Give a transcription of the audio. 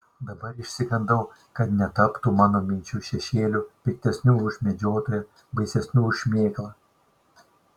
dabar išsigandau kad netaptų mano minčių šešėliu piktesniu už medžiotoją baisesniu už šmėklą